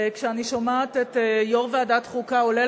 וכשאני שומעת את יושב-ראש ועדת החוקה עולה